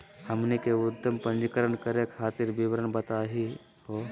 हमनी के उद्यम पंजीकरण करे खातीर विवरण बताही हो?